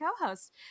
co-host